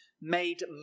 made